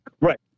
Right